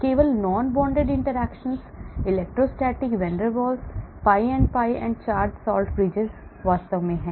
केवल non bonded interactions electrostatic van der Waals pi pi and charge salt bridge वास्तव में हैं